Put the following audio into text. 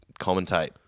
commentate